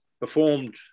performed